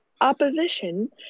opposition